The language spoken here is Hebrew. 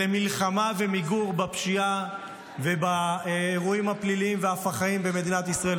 ולמלחמה במיגור הפשיעה והאירועים הפליליים והפח"עים במדינת ישראל,